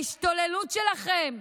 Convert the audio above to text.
ההשתוללות שלכם,